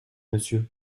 monsieur